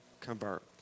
convert